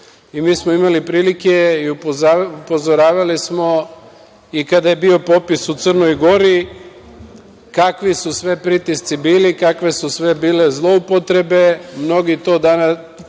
smo imali prilike i upozoravali smo i kada je bio popis u Crnoj Gori, kakvi su sve pritisci bili, kakve su sve bile zloupotrebe, mnogi to tada